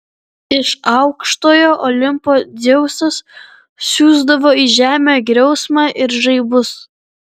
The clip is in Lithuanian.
iš aukštojo olimpo dzeusas siųsdavo į žemę griausmą ir žaibus